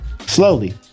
slowly